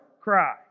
cry